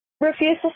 refuses